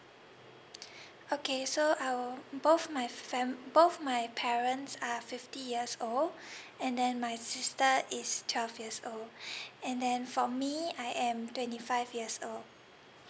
okay so our both my fam~ both my parents are fifty years old and then my sister is twelve years old and then for me I am twenty five years old